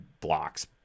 blocks